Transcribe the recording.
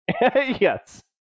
Yes